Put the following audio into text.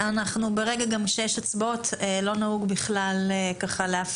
ברגע שיש הצבעות, לא נהוג להפריע.